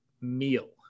meal